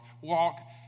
Walk